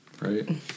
right